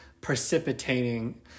precipitating